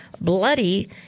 bloody